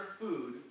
food